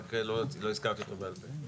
רק שלא הזכרתי אותו בעל פה.